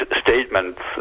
statements